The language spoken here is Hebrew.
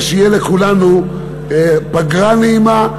שתהיה לכולנו פגרה נעימה,